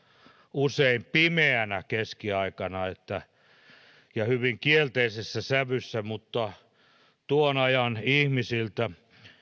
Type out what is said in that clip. usein pimeänä keskiaikana ja hyvin kielteisessä sävyssä mutta tuon ajan ihmisiltä